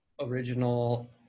original